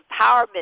empowerment